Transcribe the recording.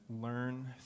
learn